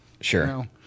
sure